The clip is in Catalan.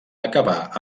acabar